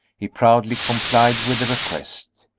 he proudly complied with the request.